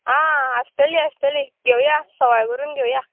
आं आसतली आसतली घेवया सवाय करून घेवया